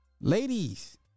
ladies